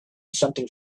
something